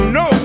no